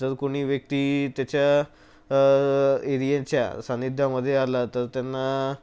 जर कोणी व्यक्ती त्याच्या एरियाच्या सान्निध्यामध्ये आला तर त्यांना